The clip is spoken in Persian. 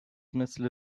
مثل